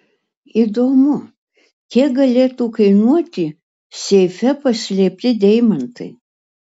įdomu kiek galėtų kainuoti seife paslėpti deimantai